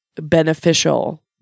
beneficial